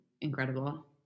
incredible